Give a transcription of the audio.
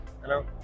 Hello